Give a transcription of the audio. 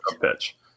pitch